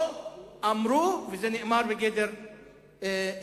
או אמרו וזה נאמר בגדר אמירה?